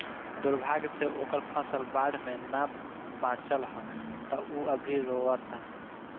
दुर्भाग्य से ओकर फसल बाढ़ में ना बाचल ह त उ अभी रोओता